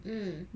mm